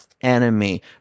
enemy